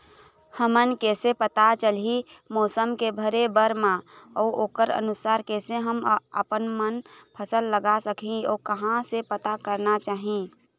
हमन कैसे पता चलही मौसम के भरे बर मा अउ ओकर अनुसार कैसे हम आपमन फसल लगा सकही अउ कहां से पता करना चाही?